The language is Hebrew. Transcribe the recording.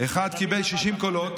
קיבל 60 קולות,